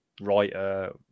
writer